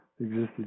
existed